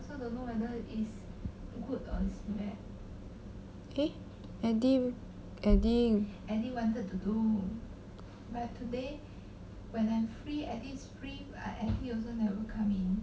eh eddy eddy